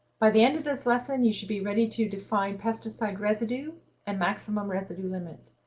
by the end of this lesson you should be ready to, define pesticide residue and maximum residue limit,